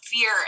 fear